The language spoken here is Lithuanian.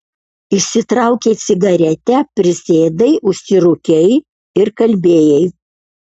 išsitraukei cigaretę prisėdai užsirūkei ir kalbėjai